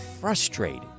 Frustrated